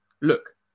Look